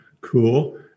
Cool